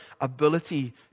ability